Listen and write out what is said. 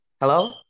Hello